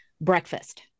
breakfast